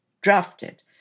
drafted